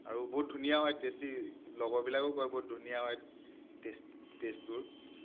আৰু বহুত ধুনীয়া হয় টেষ্টি লগৰবিলাকেও কয় বহুত ধুনীয়া হয় টে'ষ্ট টেষ্টবোৰ